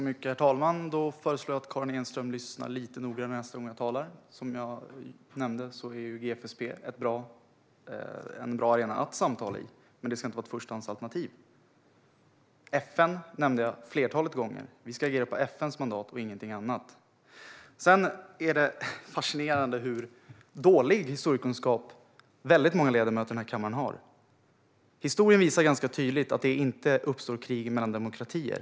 Herr talman! Jag föreslår att Karin Enström lyssnar lite mer noggrant nästa gång jag talar. Som jag nämnde är GSFP en bra arena att samtala i, men det ska inte vara ett förstahandsalternativ. FN nämnde jag flertalet gånger. Vi ska agera på FN:s mandat och ingenting annat. Det är fascinerande hur dålig historiekunskap väldigt många ledamöter i kammaren har. Historien visar ganska tydligt att det inte uppstår krig mellan demokratier.